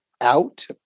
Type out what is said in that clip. out